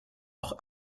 auch